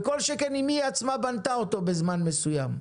וכל שכן אם היא עצמה בנתה אותו בזמן מסוים.